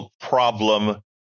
problem